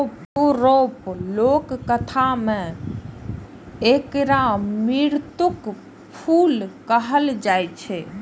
यूरोपक लोककथा मे एकरा मृत्युक फूल कहल जाए छै